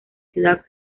ciudad